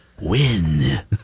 Win